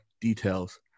details